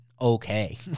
okay